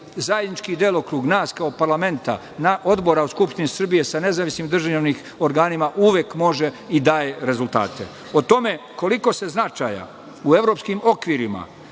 zajednički delokrug nas kao parlamenta, odbora u Skupštini Srbije sa nezavisnim državnim organima uvek može i daje rezultate. O tome koliko se značaja u evropskim okvirima